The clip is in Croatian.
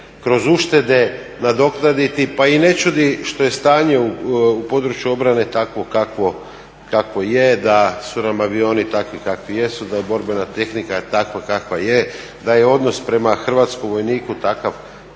kroz uštede nadoknaditi pa i ne čudi što je stanje u području obrane takvo kakvo je, da su nam avioni takvi kakvi jesu, da je borbena tehnika takva kakva je, da je odnos prema hrvatskom vojniku takav